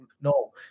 no